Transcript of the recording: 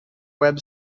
web